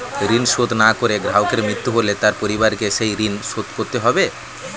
ঋণ শোধ না করে গ্রাহকের মৃত্যু হলে তার পরিবারকে সেই ঋণ শোধ করতে হবে?